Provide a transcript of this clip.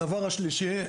דבר שלישי,